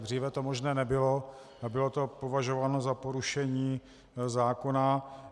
Dříve to možné nebylo a bylo to považováno za porušení zákona.